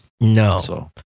No